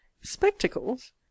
Spectacles